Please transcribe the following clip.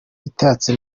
itatse